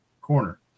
corner